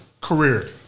Career